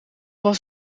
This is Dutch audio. was